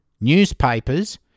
newspapers